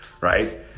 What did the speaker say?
right